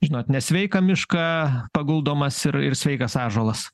žinot nesveiką mišką paguldomas ir ir sveikas ąžuolas